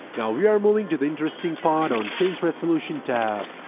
now we are moving to the interesting part on change resolution tab,